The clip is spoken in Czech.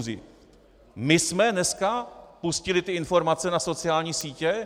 My jsme dneska pustili TY informace na sociální sítě?